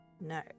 No